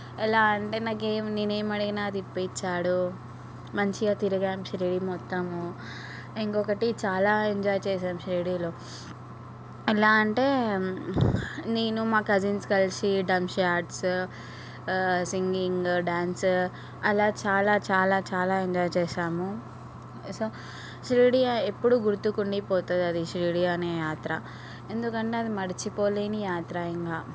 ఎలా అంటే నాకు ఏం నేను ఏం అడిగినా అది ఇప్పించాడు మంచిగా తిరిగాము షిరిడి మొత్తము ఇంకొకటి చాలా ఎంజాయ్ చేశాము షిరిడిలో ఎలా అంటే నేను మా కజిన్స్ కలిసి డమ్స్యార్డ్స్ సింగింగ్ డాన్స్ అలా చాలా చాలా చాలా ఎంజాయ్ చేశాము సో షిరిడి ఎప్పుడు గుర్తు ఉండిపోతుంది షిరిడి అనే యాత్ర ఎందుకంటే అది మర్చిపోలేని యాత్ర ఇంకా